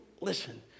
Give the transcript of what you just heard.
listen